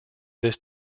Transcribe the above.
this